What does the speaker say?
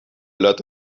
lot